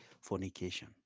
fornication